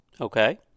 Okay